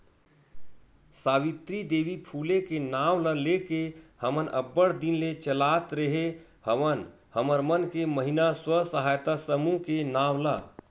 सावित्री देवी फूले के नांव ल लेके हमन अब्बड़ दिन ले चलात रेहे हवन हमर मन के महिना स्व सहायता समूह के नांव ला